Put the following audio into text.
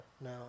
No